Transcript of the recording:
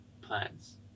plans